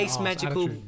magical